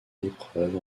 l’épreuve